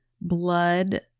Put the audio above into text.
blood